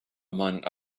among